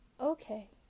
okay